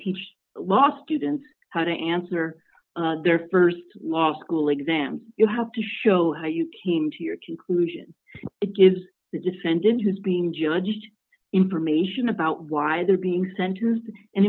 teach law students how to answer their st law school exam you have to show how you came to your conclusion it gives the defendant who is being judged information about why they're being sente